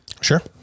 Sure